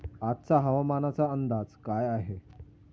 आजचा हवामानाचा अंदाज काय आहे?